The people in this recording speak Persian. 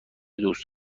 دوست